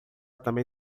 também